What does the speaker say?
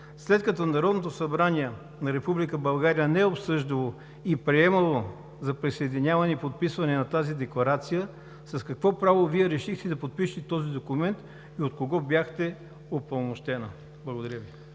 След като Народното събрание на Република България не е обсъждало и приемало решение за присъединяване и подписване на тази декларация, с какво право Вие решихте да подпишете този документ и от кого бяхте упълномощена? Благодаря Ви.